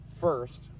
first